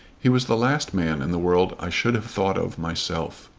he was the last man in the world i should have thought of myself.